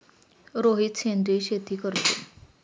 रोहित सेंद्रिय शेती करतो